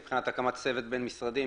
מבחינת הקמת צוות בין-משרדי,